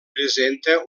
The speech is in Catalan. presenta